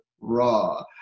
raw